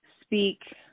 speak